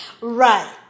Right